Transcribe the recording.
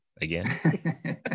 again